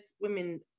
women